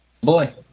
Boy